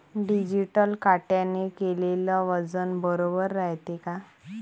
Digital काट्याने केलेल वजन बरोबर रायते का?